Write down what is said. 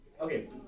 Okay